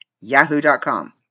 yahoo.com